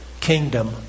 kingdom